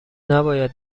نباید